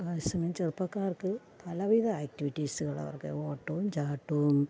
അതേസമയം ചെറുപ്പക്കാര്ക്ക് പലവിധ ആക്റ്റിവിറ്റീസ് ഉള്ളവർക്ക് ഓട്ടവും ചാട്ടവും